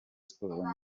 sports